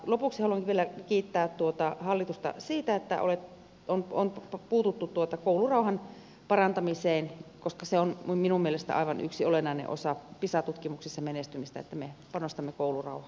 lopuksi haluan vielä kiittää hallitusta siitä että on puututtu koulurauhan parantamiseen koska se on minun mielestäni aivan yksi olennainen osa pisa tutkimuksissa menestymistä että me panostamme koulurauhaan